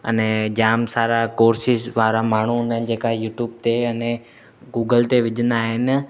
अने जाम सारा कोर्सिस वारा माण्हू हूंदा आहिनि जेका यूट्यूब ते अने गूगल ते विझंदा आहिनि